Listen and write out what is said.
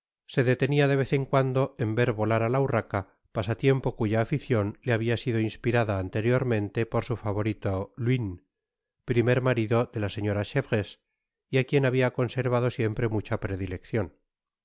se detenia de vez en cuando en ver volar á la urraca pasatiempo cuya aficion le habia sido inspirada anteriormente por su favorito luynes primer marido dela señora chevreuse y á quien habia conservado siempre mucha predileccion